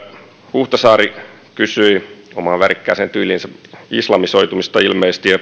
huhtasaari kysyi omaan värikkääseen tyyliinsä islamisoitumisesta ilmeisesti ja